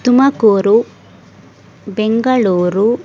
Tumakuru Bengaluru